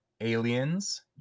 aliens